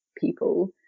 people